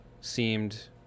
seemed